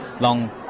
long